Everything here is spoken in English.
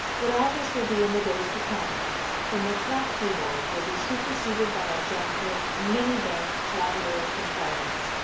but all this will be in the days to come when the flat keyboard will be superseded by a janko many-banked clavier contrivance,